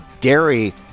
dairy